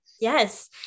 Yes